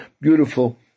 beautiful